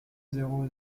zéro